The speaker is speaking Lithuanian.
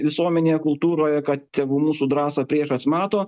visuomenėje kultūroje kad tegul mūsų drąsą priešas mato